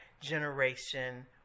generation